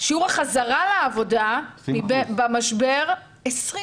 שיעור החזרה לעבודה בעת הקורונה עומד